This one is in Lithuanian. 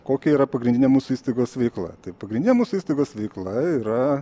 kokia yra pagrindinė mūsų įstaigos veikla tai pagrindinė mūsų įstaigos veikla yra